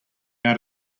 out